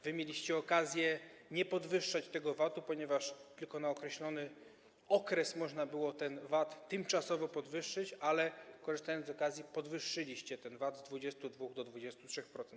Wy mieliście okazję nie podwyższać tego VAT-u, ponieważ tylko na określony okres można było ten VAT tymczasowo podwyższyć, ale korzystając z okazji, podwyższyliście ten VAT z 22% do 23%.